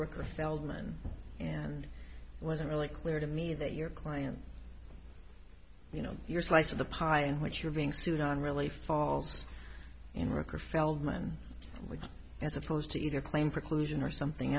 worker feldman and wasn't really clear to me that your client you know your slice of the pie and what you're being sued on really falls in record feldman as opposed to either claim preclusion or something